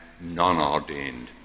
non-ordained